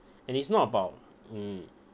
and it's not about mm